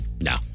No